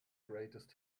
greatest